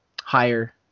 higher